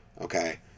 Okay